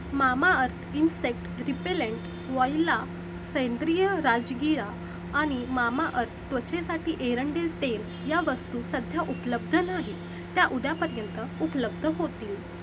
Mamaearth insect repellent Voila सेंद्रिय राजगिरा आणि मामाअर्थ त्वचेसाठी एरंडेल तेल या वस्तू सध्या उपलब्ध नाहीत त्या उद्यापर्यंत उपलब्ध होतील